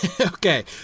Okay